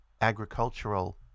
agricultural